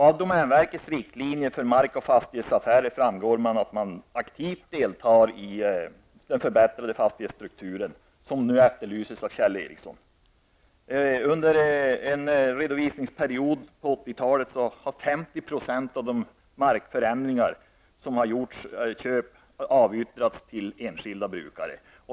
Av domänverkets riktlinjer för mark och fastighetsaffärer framgår att man aktivt deltar i förbättringen av den fastighetsstruktur som Kjell Ericsson efterlyser. Under en redovisningsperiod på 80-talet har 50 % av de markförändringar som gjorts gällt avyttring till enskilda brukare.